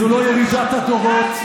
זו לא ירידת הדורות.